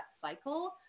cycle